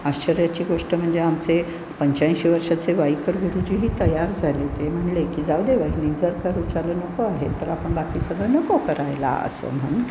आश्चर्याची गोष्ट म्हणजे आमचे पंच्याऐंशी वर्षाचे वाईकर गुरुजीही तयार झाले ते म्हणले की जाऊ दे वहिनी जर का ऋचाला नको आहे तर आपण बाकी सगळं नको करायला असं म्हणून